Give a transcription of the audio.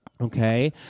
Okay